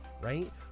right